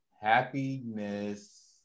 happiness